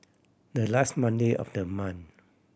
the last Monday of the month